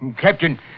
Captain